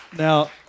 Now